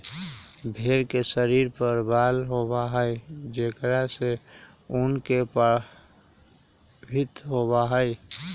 भेंड़ के शरीर पर बाल होबा हई जेकरा से ऊन के प्राप्ति होबा हई